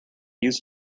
used